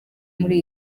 muri